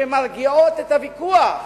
שמרגיעות את הוויכוח.